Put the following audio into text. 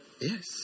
Yes